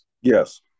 yes